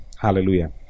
Hallelujah